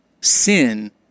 sin